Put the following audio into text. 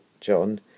John